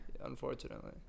Unfortunately